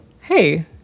hey